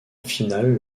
finale